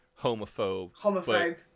homophobe